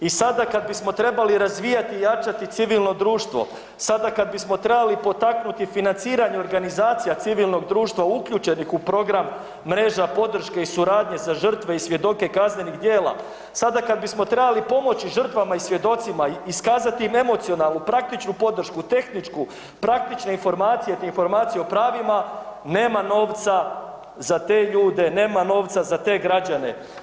I sada kad bismo trebali razvijati i jačati civilno društvo, sada kada bismo trebali potaknuti financiranje organizacija civilnog društva uključenih u program mreža podrške i suradnje za žrtve i svjedoke kaznenih djela, sada kada bismo trebali pomoći žrtvama i svjedocima, iskazati im emocionalnu, praktičnu podršku, tehničku, praktične informacije te informacije o pravima nema novca za te ljude, nema novca za te građane.